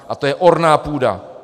A to je orná půda.